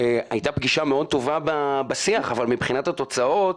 הייתה פגישה מאוד טובה בשיח, אבל מבחינת התוצאות,